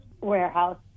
warehouse